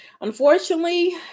unfortunately